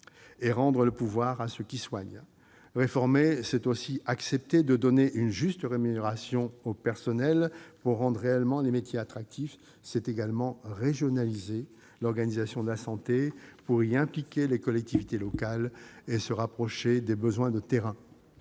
et rendre le pouvoir à ceux qui soignent. Réformer, c'est aussi accepter de donner une juste rémunération aux personnels pour rendre réellement les métiers attractifs. C'est également régionaliser l'organisation de la santé pour y impliquer les collectivités locales et se rapprocher des besoins de terrain.